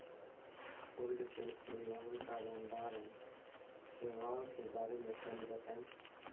Cold chain परिवहन या भंडारण सेवाओं के बारे में तनी बताई?